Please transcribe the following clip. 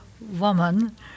woman